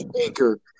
anchor